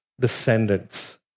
descendants